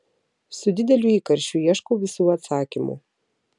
su dideliu įkarščiu ieškau visų atsakymų